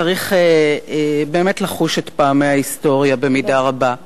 צריך באמת לחוש את פעמי ההיסטוריה במידה רבה,